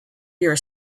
your